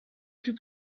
plus